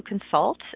consult